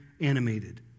animated